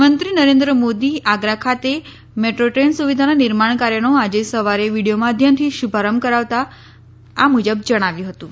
પ્રધાનમંત્રી નરેન્દ્ર મોદી આગ્રા ખાતે metro train સુવિધાના નિર્માણ કાર્યનો આજે સવારે વીડીયો માધ્યમથી શુભારંભ કરાવતા આ મુજબ જણાવ્યું હતું